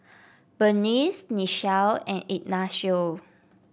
Berniece Nichelle and Ignacio